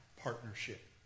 partnership